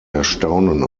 erstaunen